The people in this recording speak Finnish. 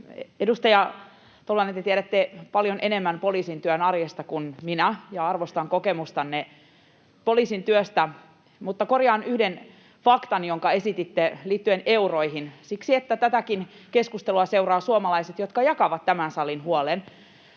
Edustaja Tolvanen, te tiedätte paljon enemmän poliisintyön arjesta kuin minä, ja arvostan kokemustanne poliisintyöstä. Mutta korjaan yhden faktan, jonka esititte liittyen euroihin, siksi että tätäkin keskustelua seuraavat suomalaiset, jotka jakavat tämän salin huolen